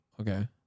okay